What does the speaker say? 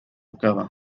acaba